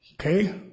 Okay